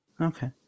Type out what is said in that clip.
Okay